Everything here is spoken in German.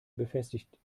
befestigt